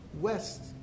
west